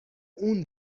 اون